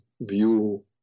view